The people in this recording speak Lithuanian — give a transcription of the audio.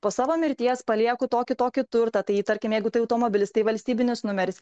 po savo mirties palieku tokį tokį turtą tai tarkim jeigu tai automobilis tai valstybinis numeris